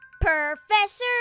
Professor